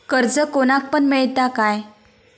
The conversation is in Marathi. कर्ज कोणाक पण मेलता काय?